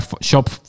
shop